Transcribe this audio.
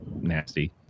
nasty